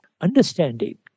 Understanding